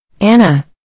Anna